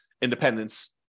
independence